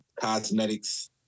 cosmetics